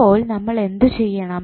അപ്പോൾ നമ്മൾ എന്ത് ചെയ്യണം